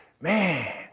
man